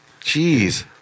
Jeez